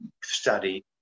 study